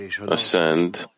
ascend